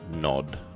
nod